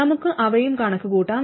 നമുക്ക് അവയും കണക്കുകൂട്ടാം